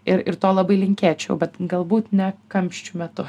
ir ir to labai linkėčiau bet galbūt ne kamščių metu